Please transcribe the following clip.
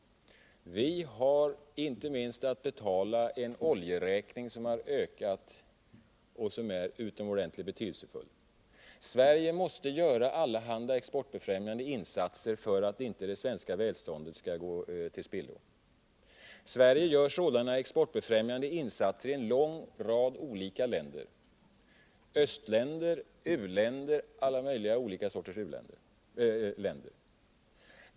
Vi har inte minst att betala en oljeräkning som har ökat och som är utomordentligt betydelsefull. Sverige måste göra allehanda export befrämjande insatser för att inte det svenska välståndet skall gå till spillo. Sverige gör sådana exportbefrämjande insatser i en lång rad olika länder: östländer, u-länder — alla möjliga sorters länder.